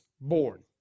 born